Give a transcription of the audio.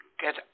get